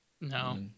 No